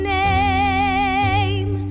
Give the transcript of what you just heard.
name